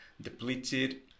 depleted